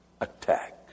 attack